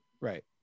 Right